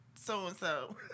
so-and-so